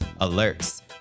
Alerts